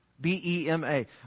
B-E-M-A